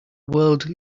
world